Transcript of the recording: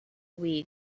week